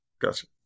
Gotcha